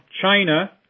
China